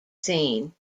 scene